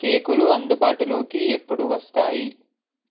కేకులు అందుబాటులోకి ఎప్పుడు వస్తాయి